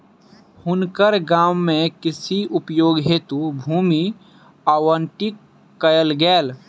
हुनकर गाम में कृषि उपयोग हेतु भूमि आवंटित कयल गेल